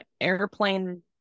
airplane